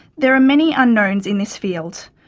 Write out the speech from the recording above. there are many unknowns in this field.